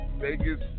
Vegas